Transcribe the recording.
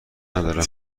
ندارم